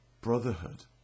brotherhood